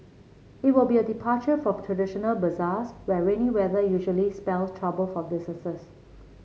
it will be a departure from traditional bazaars where rainy weather usually spells trouble for business